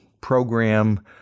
program